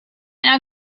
know